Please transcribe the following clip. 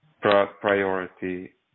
priority